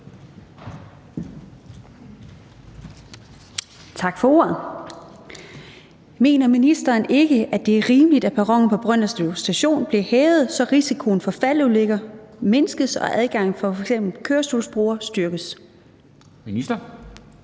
Tak for ordet. Mener ministeren ikke, at det er rimeligt, at perronen på Brønderslev Station bliver hævet, så risikoen for faldulykker mindskes og adgangen for f.eks. kørestolsbrugere styrkes? Kl.